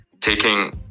taking